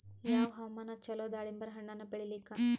ಯಾವ ಹವಾಮಾನ ಚಲೋ ದಾಲಿಂಬರ ಹಣ್ಣನ್ನ ಬೆಳಿಲಿಕ?